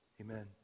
Amen